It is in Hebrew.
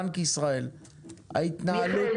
מיכאל,